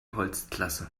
holzklasse